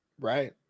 Right